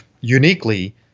uniquely